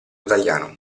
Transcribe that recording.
italiano